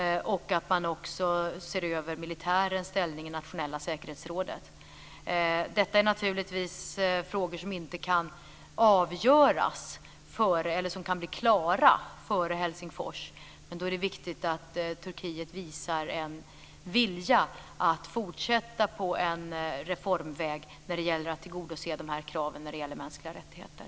Man ska också se över militärens ställning i nationella säkerhetsrådet. Detta är naturligtvis frågor som inte kan bli klara innan mötet i Helsingfors, men det är viktigt att Turkiet visar en vilja att fortsätta på en reformväg när det gäller att tillgodose kraven på mänskliga rättigheter.